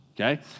Okay